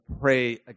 pray